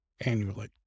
annually